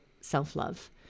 self-love